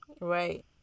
Right